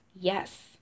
yes